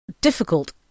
difficult